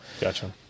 Gotcha